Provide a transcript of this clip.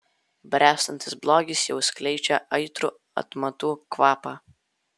bręstantis blogis jau skleidžia aitrų atmatų kvapą